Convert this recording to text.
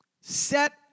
set